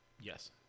Yes